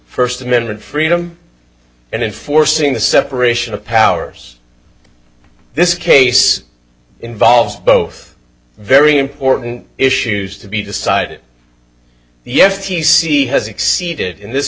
first amendment freedom and in forcing the separation of powers this case involves both very important issues to be decided yes t c has exceeded in this